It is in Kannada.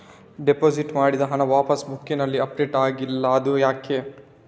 ಡೆಪೋಸಿಟ್ ಮಾಡಿದ ಹಣ ಪಾಸ್ ಬುಕ್ನಲ್ಲಿ ಅಪ್ಡೇಟ್ ಆಗಿಲ್ಲ ಅದು ಯಾಕೆ?